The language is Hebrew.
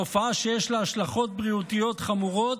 תופעה שיש לה השלכות בריאותיות חמורות,